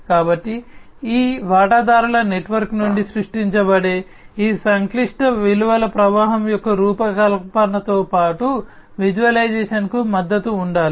కాబట్టి ఈ వాటాదారుల నెట్వర్క్ నుండి సృష్టించబడే ఈ సంక్లిష్ట విలువ ప్రవాహం యొక్క రూపకల్పనతో పాటు విజువలైజేషన్కు మద్దతు ఉండాలి